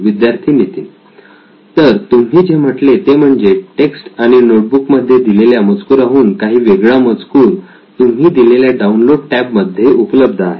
विद्यार्थी नितीन तर तुम्ही जे म्हटले ते म्हणजे टेक्स्ट आणि नोटबुक मध्ये दिलेल्या मजकूराहून काही वेगळा मजकूर तुम्ही दिलेल्या डाउनलोड टॅब मध्ये उपलब्ध आहे